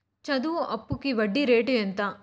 చదువు అప్పుకి వడ్డీ రేటు ఎంత?